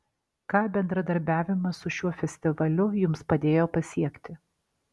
ką bendradarbiavimas su šiuo festivaliu jums padėjo pasiekti